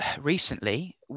recently